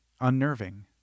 unnerving